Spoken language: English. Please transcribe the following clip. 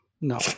no